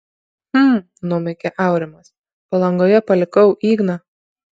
hm numykė aurimas palangoje palikau igną